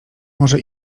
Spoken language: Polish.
może